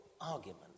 argument